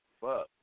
fuck